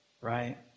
right